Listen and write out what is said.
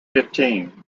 fifteen